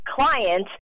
client